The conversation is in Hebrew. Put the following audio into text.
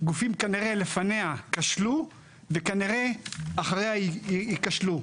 גופים כנראה לפניה כשלו, וכנראה אחריה ייכשלו.